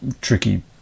tricky